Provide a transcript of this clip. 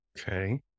Okay